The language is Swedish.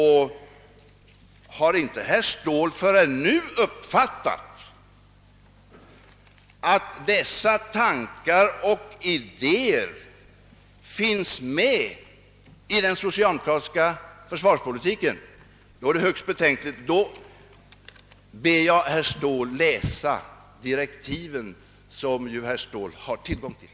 Har herr Ståhl inte förrän nu uppfattat att dessa tankar och idéer finns med i den socialdemokratiska försvarspolitiken, finner jag detta högst betänkligt, och jag ber herr Ståhl att i så fall läsa direktiven, som ju herr Ståhl har tillgång till.